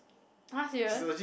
!huh! serious